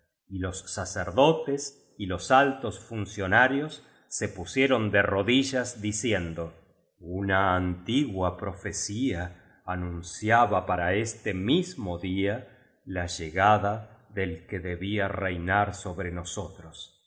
y los sacerdotes y los altos funcionarios se pusieron de ro dillas diciendo una antigua profecía anunciaba para este mismo día la llegada del que debía reinar sobre nosotros